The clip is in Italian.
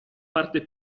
parte